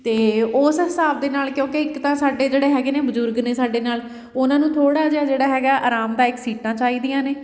ਅਤੇ ਉਸ ਹਿਸਾਬ ਦੇ ਨਾਲ ਕਿਉਂਕਿ ਇੱਕ ਤਾਂ ਸਾਡੇ ਜਿਹੜੇ ਹੈਗੇ ਨੇ ਬਜ਼ੁਰਗ ਨੇ ਸਾਡੇ ਨਾਲ ਉਹਨਾਂ ਨੂੰ ਥੋੜ੍ਹਾ ਜਿਹਾ ਜਿਹੜਾ ਹੈਗਾ ਆਰਾਮਦਾਇਕ ਸੀਟਾਂ ਚਾਹੀਦੀਆਂ ਨੇ